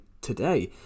today